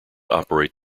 operate